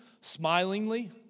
smilingly